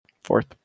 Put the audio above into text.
Fourth